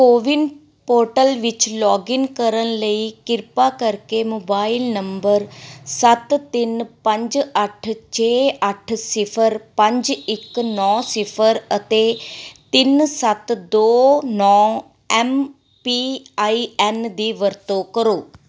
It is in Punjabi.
ਕੋਵਿਨ ਪੋਰਟਲ ਵਿੱਚ ਲੌਗਇਨ ਕਰਨ ਲਈ ਕਿਰਪਾ ਕਰਕੇ ਮੋਬਾਈਲ ਨੰਬਰ ਸੱਤ ਤਿੰਨ ਪੰਜ ਅੱਠ ਛੇ ਅੱਠ ਸਿਫਰ ਪੰਜ ਇੱਕ ਨੌਂ ਸਿਫਰ ਅਤੇ ਤਿੰਨ ਸੱਤ ਦੋ ਨੌਂ ਐਮ ਪੀ ਆਈ ਐਨ ਦੀ ਵਰਤੋਂ ਕਰੋ